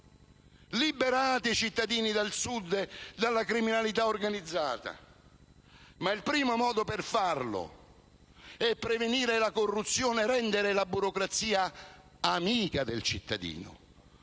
liberate i cittadini del Sud dalla criminalità organizzata! Il primo modo per farlo è prevenire la corruzione e rendere la burocrazia amica del cittadino